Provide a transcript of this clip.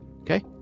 okay